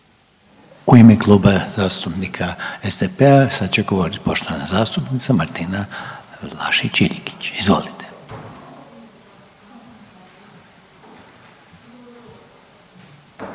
U ime Kluba zastupnika SDP-a sad će govoriti poštovana zastupnica Martina Vlašić Iljkić. Izvolite.